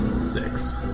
Six